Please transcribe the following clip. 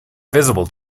visible